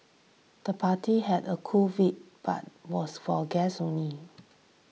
the party had a cool vibe but was for guests only